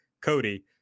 Cody